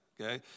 okay